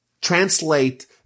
translate